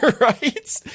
right